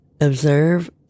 Observe